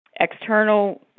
external